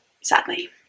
Sadly